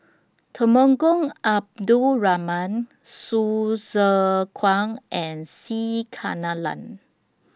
Temenggong Abdul Rahman Hsu Tse Kwang and C Kunalan